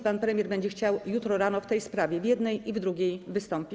Pan premier będzie chciał jutro rano w tej sprawie, w jednej i w drugiej, wystąpić.